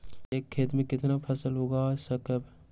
एक खेत मे केतना फसल उगाय सकबै?